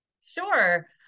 Sure